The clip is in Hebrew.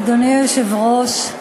אדוני היושב-ראש,